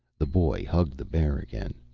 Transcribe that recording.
the boy hugged the bear again.